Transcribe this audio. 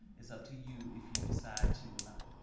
it's up to you if you decide to or not.